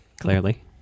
Clearly